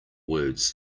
words